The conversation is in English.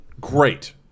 great